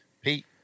Pete